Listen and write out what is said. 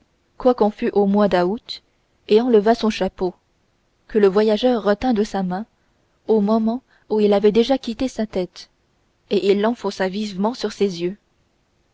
quoiqu'on fût au mois d'août et enleva son chapeau que le voyageur retint de sa main au moment où il avait déjà quitté sa tête et l'enfonça vivement sur ses yeux